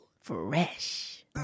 Fresh